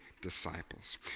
disciples